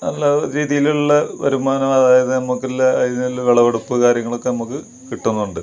നല്ല രീതിയിലുള്ള വരുമാനം അതായത് നമ്മൾക്കുള്ള അതിനുള്ള വിളവെടുപ്പ് കാര്യങ്ങളൊക്കെ നമുക്ക് കിട്ടുന്നുണ്ട്